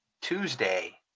Tuesday